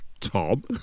Tom